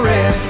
Red